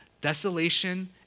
desolation